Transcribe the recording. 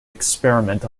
experiment